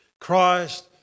Christ